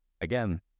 again